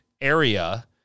area